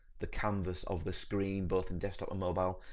the canvas of the screen, both in desktop and mobile,